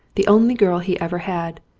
the only girl he ever had,